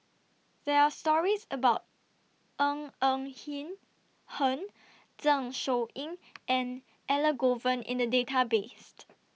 There Are stories about Ng Eng Hen Zeng Shouyin and Elangovan in The Database